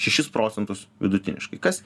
šešis procentus vidutiniškai kas